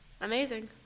amazing